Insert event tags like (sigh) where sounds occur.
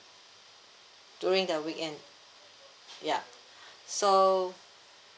during the weekend ya (breath) so